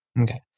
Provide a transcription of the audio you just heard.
okay